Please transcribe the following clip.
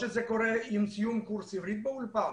שזה קורה עם סיום קורס עברית באולפן?